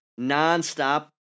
nonstop